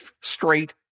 straight